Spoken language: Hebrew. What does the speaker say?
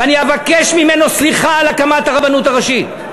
ואני אבקש ממנו סליחה על הקמת הרבנות הראשית.